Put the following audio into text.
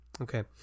Okay